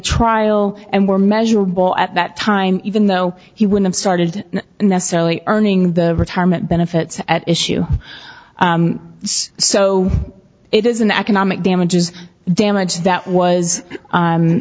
trial and were measurable at that time even though he would have started necessarily earning the retirement benefits at issue so it is an economic damages damage that was